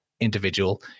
individual